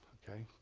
ok?